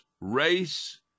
race